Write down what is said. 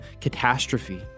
catastrophe